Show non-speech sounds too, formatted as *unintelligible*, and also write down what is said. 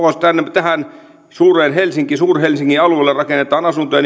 tähän suur helsingin suur helsingin alueelle rakennetaan asuntoja *unintelligible*